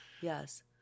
yes